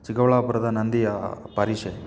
ಚಿಕ್ಕಬಳ್ಳಾಪುರದ ನಂದಿಯ ಪರಿಷೆ